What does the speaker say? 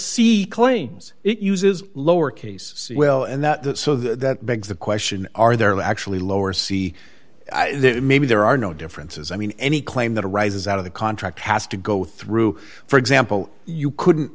c claims it uses lower case well and that so that begs the question are there actually lower c maybe there are no differences i mean any claim that arises out of the contract has to go through for example you couldn't